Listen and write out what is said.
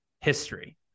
history